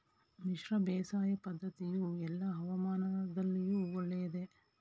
ಮಿಶ್ರ ಬೇಸಾಯ ಪದ್ದತಿಯು ಎಲ್ಲಾ ಹವಾಮಾನದಲ್ಲಿಯೂ ಒಳ್ಳೆಯದೇ?